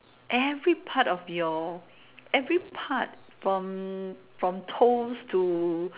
every part of your every part from from toes to